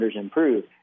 improve